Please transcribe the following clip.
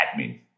admin